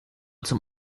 zum